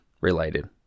related